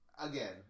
again